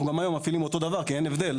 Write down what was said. אנחנו גם היום מפעילים אותו דבר כי אין הבדל.